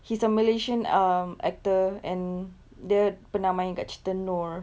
he's a malaysian um actor and dia pernah main dekat cerita nur